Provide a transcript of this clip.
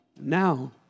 Now